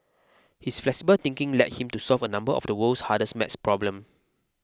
his flexible thinking led him to solve a number of the world's hardest maths problem